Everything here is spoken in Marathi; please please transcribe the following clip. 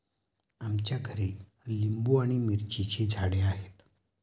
आमच्या घरी लिंबू आणि मिरचीची झाडे आहेत